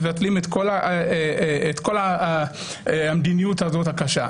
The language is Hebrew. מבטלים את כל המדיניות הזאת הקשה.